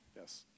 yes